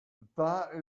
that